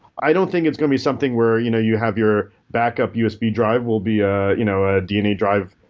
i don't think it's going to be something where you know you have your backup usb drive will be a you know ah dna drive.